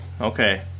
Okay